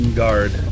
guard